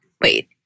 wait